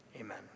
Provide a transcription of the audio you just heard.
Amen